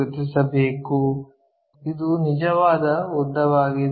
ಗುರುತಿಸಬೇಕು ಇದು ನಿಜವಾದ ಉದ್ದವಾಗಿದೆ